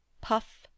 puff